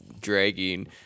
dragging